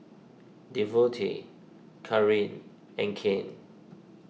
Devonte Kareen and Kane